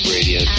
Radio